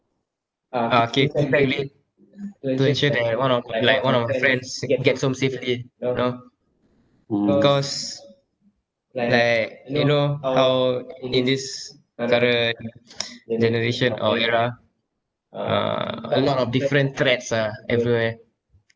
ah K perfectly to ensure that one of like one of my friends gets home safely you know because like you know how in this uh current generation or era uh a lot of different traps ah everywhere